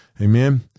Amen